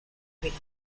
africa